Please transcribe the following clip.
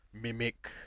mimic